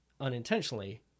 unintentionally